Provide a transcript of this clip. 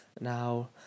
Now